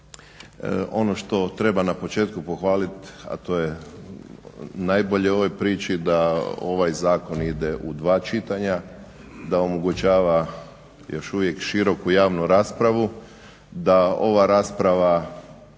Ono što treba na početku pohvaliti, a to je najbolje u ovoj priči, da ovaj zakon ide u 2 čitanja. Da omogućava još uvijek široku javnu raspravu, da ova rasprava